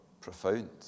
profound